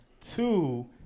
Two